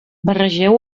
barregeu